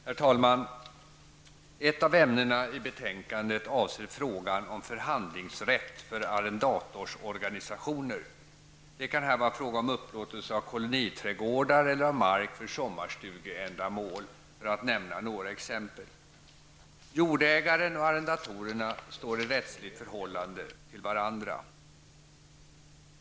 Herr talman! Ett av ämnena i betänkandet avser frågan om förhandlingsrätt för arrendatorsorganisationer. Det kan vara fråga om upplåtelse av koloniträdgårdar eller av mark för sommarstugeändamål, för att nämna några exempel. Jordägaren och arrendatorerna står i rättsligt förhållande till varandra.